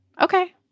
Okay